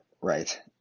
right